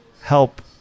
help